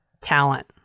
Talent